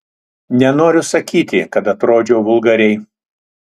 nenoriu sakyti kad atrodžiau vulgariai